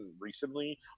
recently